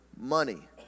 money